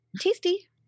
tasty